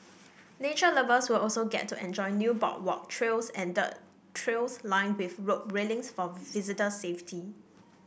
nature lovers will also get to enjoy new boardwalk trails and dirt trails lined with rope railings for visitor safety